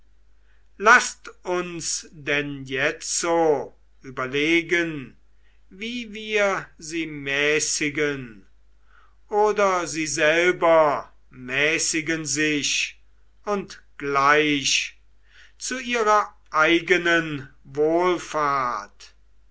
laßt uns denn jetzo überlegen wie wir sie mäßigen oder sie selber mäßigen sich und gleich zu ihrer eigenen wohlfahrt